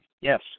Yes